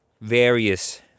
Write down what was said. various